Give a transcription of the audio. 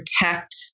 protect